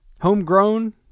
homegrown